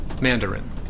Mandarin